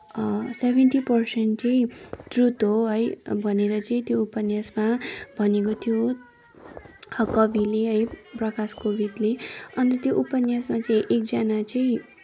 seventy percent चाहिँ truth हो है भनेर चाहिँ त्यो उपन्यासमा भनिएको थियो कविले है प्रकाश कोविदले अन्त त्यो उपन्यासमा चाहिँ एकजना चाहिँ